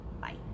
Bye